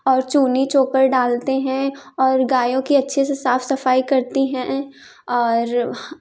और चूनी चोकर डालते हैं और गायों की अच्छे से साफ सफाई करती हैं और